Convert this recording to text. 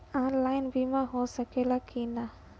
Online बीमा हो सकेला की ना?